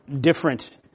Different